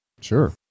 Sure